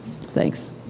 Thanks